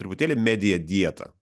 truputėlį media dieta